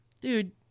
dude